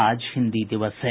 आज हिन्दी दिवस है